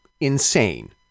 insane